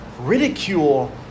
Ridicule